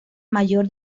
mayor